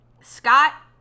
Scott